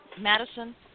Madison